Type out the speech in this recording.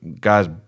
guys